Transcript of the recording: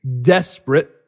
desperate